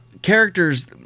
Characters